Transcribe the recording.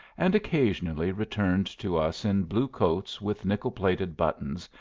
and occasionally returned to us in blue coats with nickel-plated buttons,